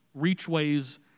Reachway's